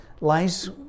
lies